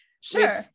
Sure